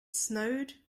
snowed